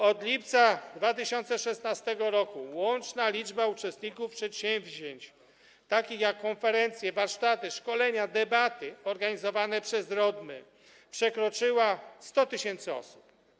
Od lipca 2016 r. łączna liczba uczestników przedsięwzięć, takich jak konferencje, warsztaty, szkolenia, debaty organizowane przez RODM-y, przekroczyła 100 tys. osób.